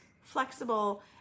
flexible